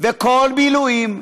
כל מילואים,